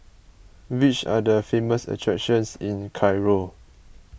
which are the famous attractions in Cairo